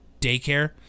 daycare